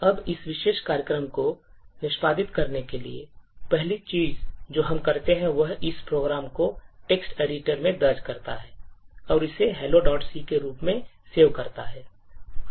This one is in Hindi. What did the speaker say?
अब इस विशेष कार्यक्रम को निष्पादित करने के लिए पहली चीज जो हम करते हैं वह इस प्रोग्राम को text editor में दर्ज करता है और इसे helloc के रूप में save करता है